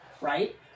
right